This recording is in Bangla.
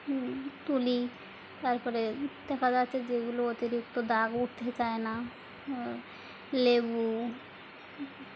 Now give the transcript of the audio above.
তুলি তারপরে তারপরে আছে যেগুলো অতিরিক্ত দাগ উঠতে চায় না লেবু